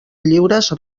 lliures